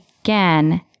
again